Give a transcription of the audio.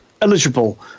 eligible